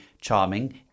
charming